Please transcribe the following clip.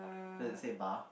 does it say bar